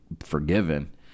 forgiven